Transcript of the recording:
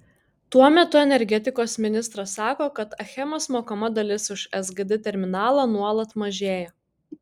tuo metu energetikos ministras sako kad achemos mokama dalis už sgd terminalą nuolat mažėja